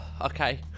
Okay